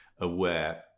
aware